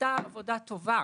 נעשתה עבודה טובה.